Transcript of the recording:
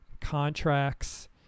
contracts